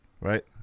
right